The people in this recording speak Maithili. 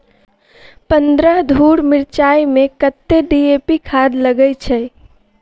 पन्द्रह धूर मिर्चाई मे कत्ते डी.ए.पी खाद लगय छै?